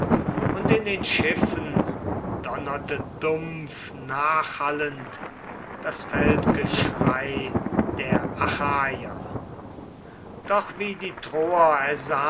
und in den schiffen donnerte dumpf nachhallend das feldgeschrei der achaier doch wie die troer